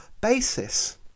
basis